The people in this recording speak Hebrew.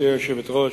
גברתי היושבת-ראש,